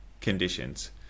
conditions